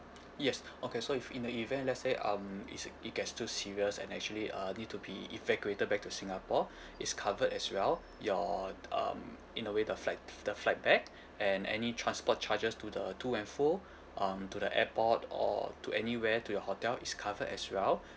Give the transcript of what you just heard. yes okay so if in the event let's say um it it gets too serious and actually uh need to be evacuated back to singapore it's covered as well your um in a way the flight the flight back and any transport charges to the to and fro um to the airport or to anywhere to your hotel is covered as well